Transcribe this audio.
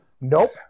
Nope